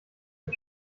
das